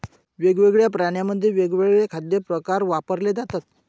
वेगवेगळ्या प्राण्यांसाठी वेगवेगळे खाद्य प्रकार वापरले जातात